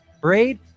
braid